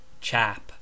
Chap